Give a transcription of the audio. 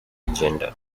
gender